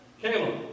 Caleb